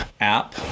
app